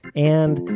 and,